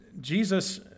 Jesus